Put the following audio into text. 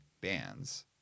bands